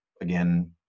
Again